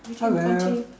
hello